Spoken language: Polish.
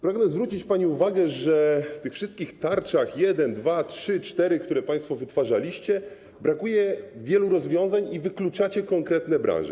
Pragnę zwrócić pani uwagę, że w tych wszystkich tarczach: 1, 2.0, 3.0, 4.0, które państwo wytwarzaliście, brakuje wielu rozwiązań i wykluczacie konkretne branże.